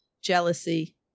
jealousy